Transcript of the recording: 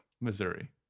Missouri